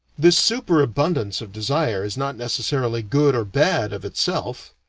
this super-abundance of desire is not necessarily good or bad, of itself.